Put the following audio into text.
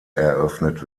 eröffnet